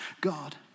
God